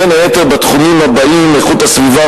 בין היתר בתחומים הבאים: איכות הסביבה,